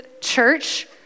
church